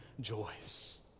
joys